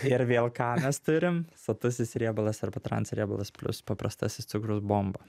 ir vėl ką mes turim sotusis riebalas arba transriebalas plius paprastasis cukrus bomba